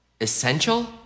essential